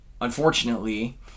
unfortunately